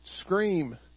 scream